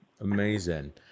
Amazing